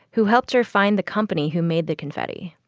who helped her find the company who made the confetti,